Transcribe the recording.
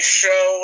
show